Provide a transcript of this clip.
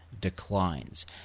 declines